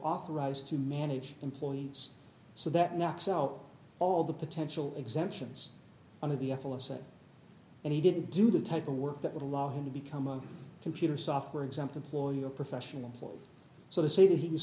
authorized to manage employees so that knocks out all the potential exemptions on a b f l a cent and he didn't do the type of work that would allow him to become a computer software exempt employee or professional player so to say that he was